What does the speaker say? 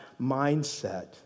mindset